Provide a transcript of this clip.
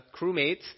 crewmates